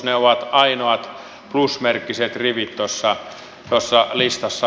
ne ovat ainoat plusmerkkiset rivit tuossa listassamme